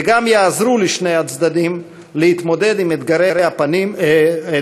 וגם יעזרו לשני הצדדים להתמודד עם אתגרי הפנים